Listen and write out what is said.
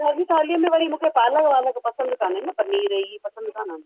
तव्हांजी थालीअ में वरी मूंखे पालक पसंदि कोन्हे न पनीर ई पसंदि कोन्हनि